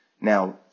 Now